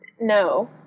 no